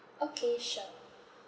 okay sure